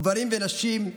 גברים ונשים,